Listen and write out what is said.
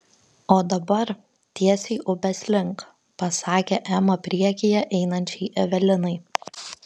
o dabar tiesiai upės link pasakė ema priekyje einančiai evelinai